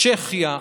צ'כיה,